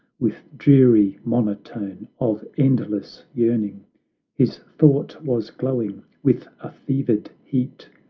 with dreary monotone of endless yearning his thought was glowing with a fevered heat,